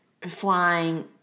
flying